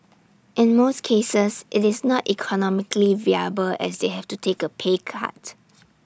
in most cases IT is not economically viable as they have to take A pay cut